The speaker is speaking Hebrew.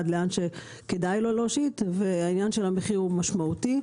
לאן שכדאי לו להושיט ועניין המחיר הוא משמעותי,